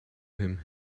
him